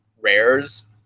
rares